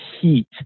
heat